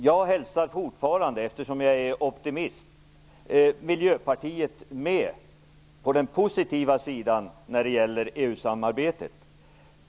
Eftersom jag är optimist hoppas jag fortfarande att Miljöpartiet kommer med på de positivas sida när det gäller EU-samarbetet.